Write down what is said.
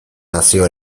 nazio